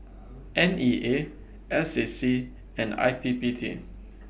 N E A S A C and I P P T